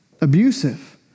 abusive